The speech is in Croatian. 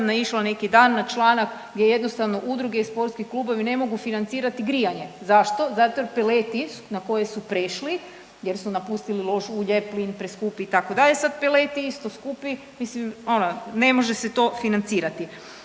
naišla neki dan na članak gdje jednostavno udruge i sportski klubovi ne mogu financirati grijanje. Zašto? Zato jer peleti na koje su prešli jer su napustili lož ulje, plin preskup, itd., sad peleti isto skupi, mislim ono, ne može se to financirati.